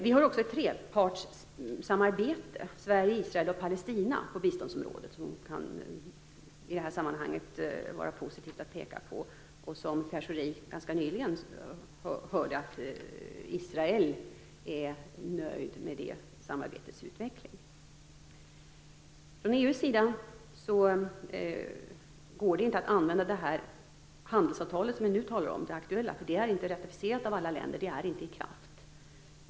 Vi har vidare ett trepartssamarbete mellan Sverige, Israel och Palestina på biståndsområdet som i det här sammanhanget kan vara positivt att peka på och där Pierre Schori nyligen fick höra att Israel är nöjd med det samarbetets utveckling. Från EU:s sida går det inte att använda det aktuella handelsavtalet, det är inte ratificerat av alla länder, det är inte i kraft.